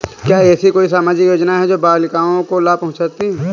क्या ऐसी कोई सामाजिक योजनाएँ हैं जो बालिकाओं को लाभ पहुँचाती हैं?